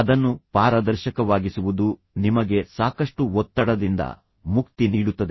ಅದನ್ನು ಪಾರದರ್ಶಕವಾಗಿಸುವುದು ನಿಮಗೆ ಸಾಕಷ್ಟು ಒತ್ತಡದಿಂದ ಮುಕ್ತಿ ನೀಡುತ್ತದೆ